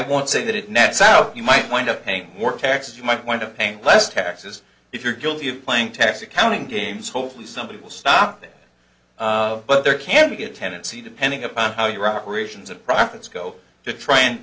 won't say that it nets out you might wind up paying more taxes you might want to paint less taxes if you're guilty of playing tax accounting games hopefully somebody will stop it but there can be a tendency depending upon how your operations and profits go to try and